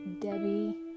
Debbie